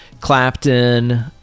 clapton